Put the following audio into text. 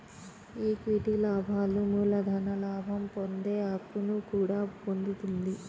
equity లాభాలు మూలధన లాభం పొందే హక్కును కూడా పొందుతుంది